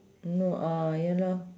no ah ya lor